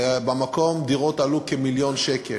דירות במקום עלו כמיליון שקל.